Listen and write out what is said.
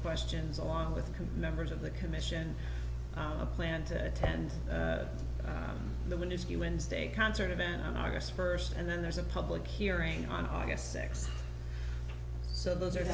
questions along with members of the commission a plan to attend the miniscule wednesday concert event on august first and then there's a public hearing on august sixth so those are